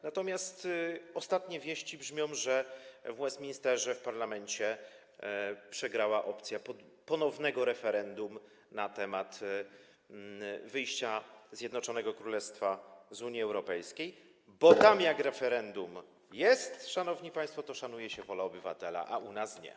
Natomiast ostatnie wieści brzmią tak, że w Westminsterze, w parlamencie przegrała opcja ponownego referendum na temat wyjścia Zjednoczonego Królestwa z Unii Europejskiej, bo tam, jak referendum jest, szanowni państwo, to szanuje się wolę obywatela, a u nas nie.